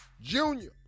Junior